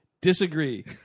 Disagree